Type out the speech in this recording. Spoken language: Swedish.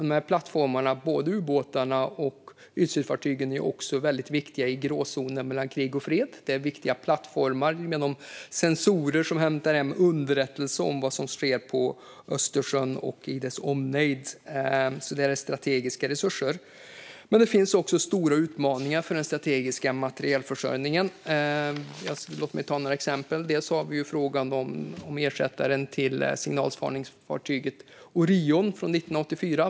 De här plattformarna, både ubåtarna och ytstridsfartygen, är också väldigt viktiga i gråzonen mellan krig och fred. Det är viktiga plattformar med de sensorer som hämtar hem underrättelser om vad som sker på Östersjön och i dess omnejd. Det är alltså strategiska resurser. Men det finns också stora utmaningar för den strategiska materielförsörjningen. Låt mig ta några exempel. Vi har frågan om ersättaren till signalspaningsfartyget Orion från 1984.